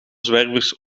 zwervers